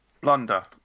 Blunder